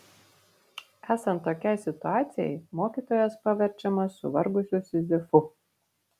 esant tokiai situacijai mokytojas paverčiamas suvargusiu sizifu